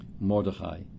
Mordechai